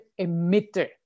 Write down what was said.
emitter